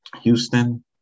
Houston